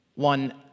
one